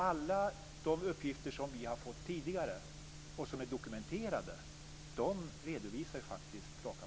Alla de uppgifter som vi har fått tidigare och som är dokumenterade redovisar raka motsatsen.